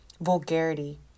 Vulgarity